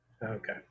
Okay